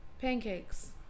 Pancakes